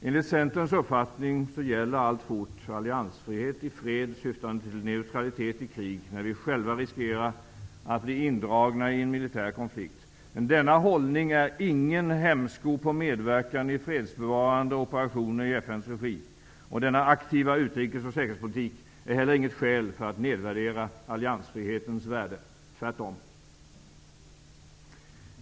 Enligt Centerns uppfattning gäller alltfort när vi själva riskerar att bli indragna i en militär konflikt. Denna hållning är ingen hämsko på medverkan i fredsbevarande operationer i FN:s regi. Denna aktiva utrikes och säkerhetspolitik är heller inget skäl för att nedvärdera alliansfrihetens värde, tvärtom.